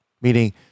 Meaning